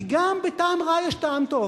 כי גם בטעם רע יש טעם טוב.